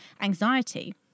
anxiety